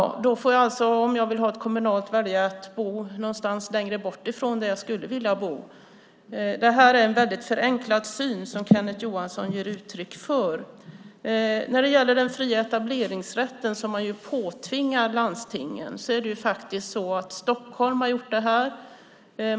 Då får jag alltså, om jag vill bo på ett kommunalt äldreboende, välja att bo längre bort från där jag skulle vilja bo. Detta är en väldigt förenklad syn som Kenneth Johansson ger uttryck för. När det gäller den fria etableringsrätten som man ju påtvingar landstingen är det faktiskt så att Stockholm har gjort det här.